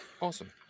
Awesome